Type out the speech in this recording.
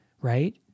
right